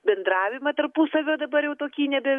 bendravimą tarpusavio dabar jau tokį nebe